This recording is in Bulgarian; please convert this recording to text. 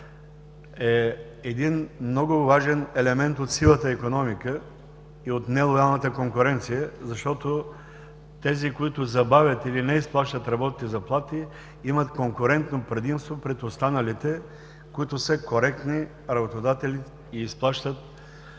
е един много важен елемент от сивата икономика и от нелоялната конкуренция, защото тези, които забавят или неизплащат работните заплати, имат конкурентно предимство пред останалите, които са коректни работодатели и изплащат отработените заплати